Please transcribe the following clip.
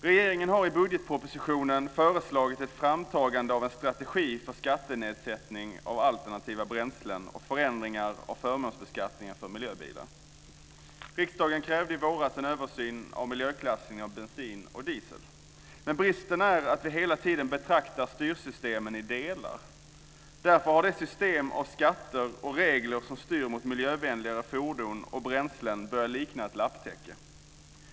Regeringen har i budgetpropositionen föreslagit ett framtagande av en strategi för skattenedsättning av alternativa bränslen och förändringar av förmånsbeskattningen för miljöbilar. Riksdagen krävde i våras en översyn av miljöklassningen av bensin och diesel. Men bristen är att vi hela tiden betraktar styrsystemen i delar. Därför har det system av skatter och regler som styr mot miljövänligare fordon och bränslen börjat likna ett lapptäcke.